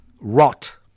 rot